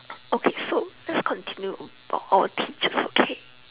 okay so let's continue about our teachers okay